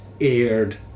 aired